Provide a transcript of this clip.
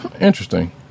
Interesting